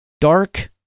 dark